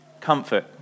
Comfort